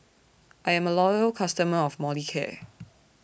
I'm A Loyal customer of Molicare